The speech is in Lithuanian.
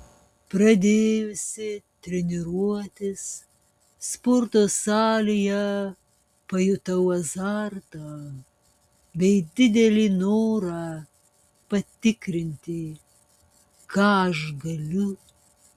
pradėjusi treniruotis sporto salėje pajutau azartą bei didelį norą patikrinti ką aš galiu